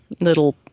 little